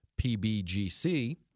PBGC